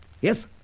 Yes